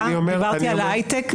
דיברתי על ההיי-טק.